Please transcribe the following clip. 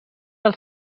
del